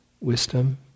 wisdom